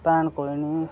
भैन कोई नी